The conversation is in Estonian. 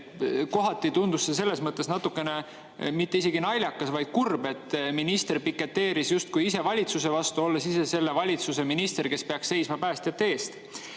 Kohati tundus see natukene mitte isegi naljakas, vaid kurb: minister piketeerib justkui valitsuse vastu, olles ise selle valitsuse minister, kes peaks seisma päästjate eest.